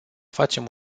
facem